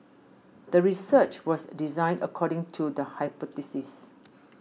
the research was designed according to the hypothesis